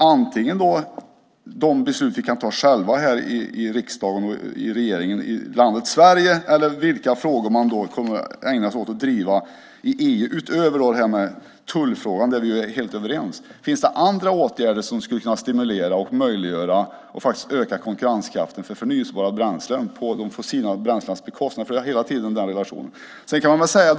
Det gäller då antingen de beslut som riksdagen och regeringen här i landet Sverige själva kan fatta eller eventuella frågor som man kommer att driva i EU utöver tullfrågan, där vi är helt överens. Finns det andra åtgärder som skulle kunna stimulera, möjliggöra och faktiskt öka konkurrenskraften för förnybara bränslen på de fossila bränslenas bekostnad? Det handlar nämligen hela tiden om den relationen.